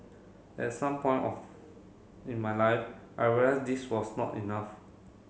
at some point of in my life I realised this was not enough